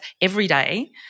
everyday